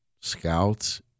scouts